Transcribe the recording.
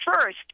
first